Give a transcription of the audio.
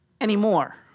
anymore